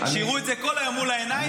שיראו את זה כל היום מול העיניים,